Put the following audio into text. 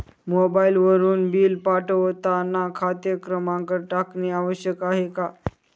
मोबाईलवरून बिल पाठवताना खाते क्रमांक टाकणे आवश्यक आहे का?